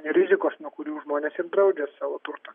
rizikos nuo kurių žmonės ir draudžia savo turtą